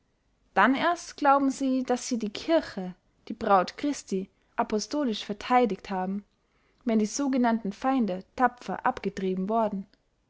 dann erst glauben sie daß sie die kirche die braut christi apostolisch vertheidigt haben wenn die sogenannten feinde tapfer abgetrieben worden